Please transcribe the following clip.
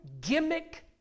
gimmick